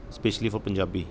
specially for Punjabi